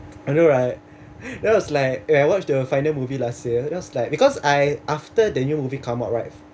I know right then I was like when I watched the final movie last year that was like because I after the new movie come out right